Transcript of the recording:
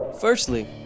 Firstly